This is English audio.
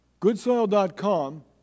Goodsoil.com